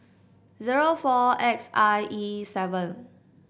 zero four X I E seven